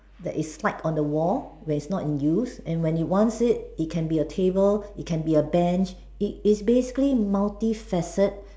that is stuck on the wall where not in use and when it wants it it can be a table it can be a Bench it it is basically multifaceted